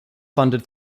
funded